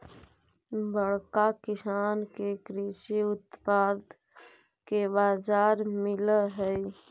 बड़का किसान के कृषि उत्पाद के बाजार मिलऽ हई